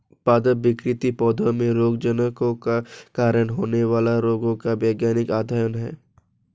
पादप विकृति पौधों में रोगजनकों के कारण होने वाले रोगों का वैज्ञानिक अध्ययन है